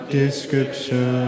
description